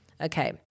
Okay